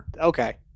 Okay